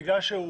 בגלל שהוא